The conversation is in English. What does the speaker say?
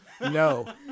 No